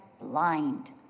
blind